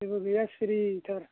जेबो गैया सिरिथार